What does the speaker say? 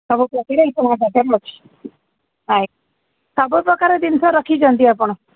ସବୁ ପ୍ରକାର ମୋ ପାଖରେ ଅଛି ଆଜ୍ଞା ସବୁ ପ୍ରକାର ଜିନିଷ ରଖିଛନ୍ତି ଆପଣ